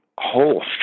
whole